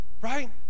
right